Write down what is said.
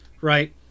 right